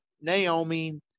Naomi